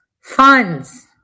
funds